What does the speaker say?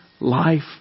life